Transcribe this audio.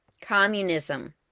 Communism